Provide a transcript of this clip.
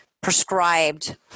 prescribed